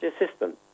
assistant